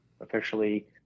officially